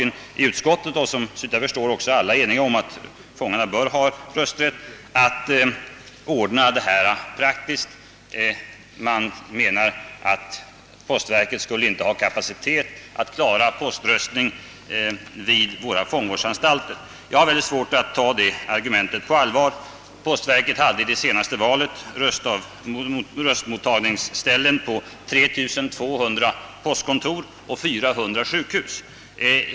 Nu återstår argumentet att postverket inte skulle ha kapacitet att klara poströstning vid våra fångvårdsanstalter. Jag har mycket svårt att ta detta argument på allvar. Postverket hade vid senaste valet röstmottagningsställen på 3 200 postkontor och på 400 sjukhus.